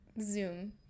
zoom